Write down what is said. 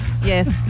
Yes